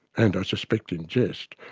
and i suspect in jest,